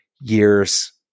years